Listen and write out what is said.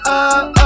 up